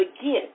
again